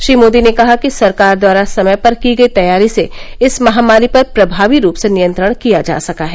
श्री मोदी ने कहा कि सरकार द्वारा समय पर की गई तैयारी से इस महामारी पर प्रभावी रूप से नियंत्रण किया जा सका है